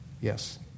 yes